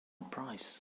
price